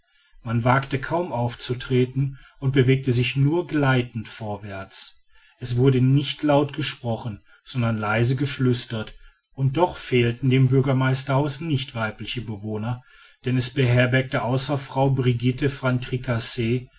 man wagte kaum aufzutreten und bewegte sich nur gleitend vorwärts es wurde nicht laut gesprochen sondern leise geflüstert und doch fehlten dem bürgermeisterhause nicht weibliche bewohner denn es beherbergte außer frau brigitte van tricasse